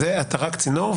אתה רק צינור.